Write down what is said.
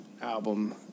album